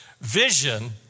Vision